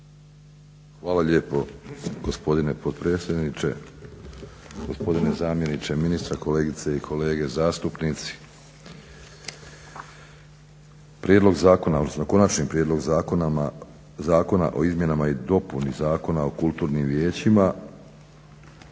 Hvala lijepo gospodine potpredsjedniče, gospodine zamjeniče ministra, kolegice i kolege zastupnici. Prijedlog zakona, odnosno Konačni prijedlog zakona o Izmjenama i dopuni Zakona o kulturnim vijećima